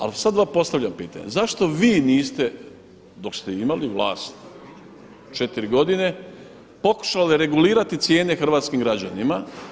Ali sad vam postavljam pitanje zašto vi niste dok ste imali vlast četiri godine pokušali regulirati cijene hrvatskim građanima.